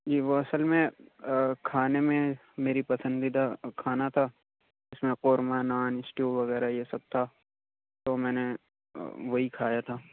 جی وہ اصل میں کھانے میں میری پسندیدہ کھانا تھا جس میں قورمہ نان اسٹو وغیرہ یہ سب تھا تو میں نے وہی کھایا تھا